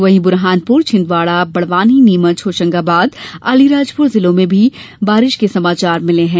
वहीं बुरहानपुर छिंदवाड़ा बड़वानी नीमच होशंगाबाद अलीराजपुर जिलों से भी बारिश के समाचार मिले हैं